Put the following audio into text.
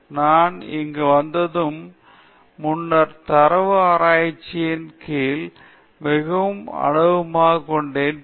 எனவே நான் இங்கு வந்ததற்கு முன்னர் தர ஆராய்ச்சியின் கீழ் மிகவும் அனுபவம் கொண்டேன் மற்றும் பி